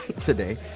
today